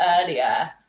earlier